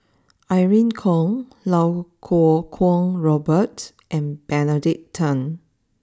Irene Khong Iau Kuo Kwong Robert and Benedict Tan